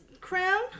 crown